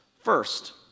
first